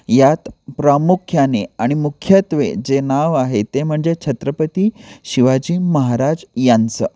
यात प्रामुख्याने आणि मुख्यत्वे जे नाव आहे ते म्हणजे छत्रपती शिवाजी महाराज यांचं